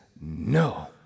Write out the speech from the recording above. no